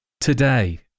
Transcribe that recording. today